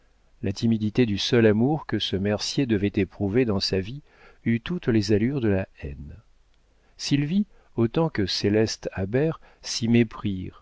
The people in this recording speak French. la timidité du seul amour que ce mercier devait éprouver dans sa vie eut toutes les allures de la haine sylvie autant que céleste habert s'y